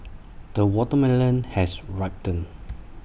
the watermelon has ripened